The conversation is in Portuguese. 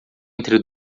entre